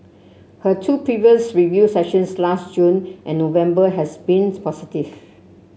her two previous review sessions last June and November has been positive